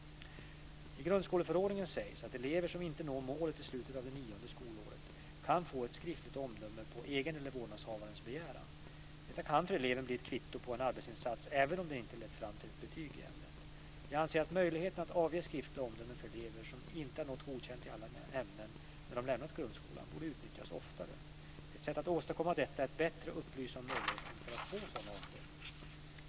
I grundskoleförordningen sägs att elever som inte når målen i slutet av det nionde skolåret kan få ett skriftligt omdöme på egen eller vårdnadshavarens begäran. Detta kan för eleven bli ett "kvitto" på en arbetsinsats, även om den inte lett fram till ett betyg i ämnet. Jag anser att möjligheten att avge skriftliga omdömen för elever som inte nått godkänt i alla ämnen när de lämnar grundskolan borde utnyttjas oftare. Ett sätt att åstadkomma detta är att bättre upplysa om möjligheten att få sådana omdömen.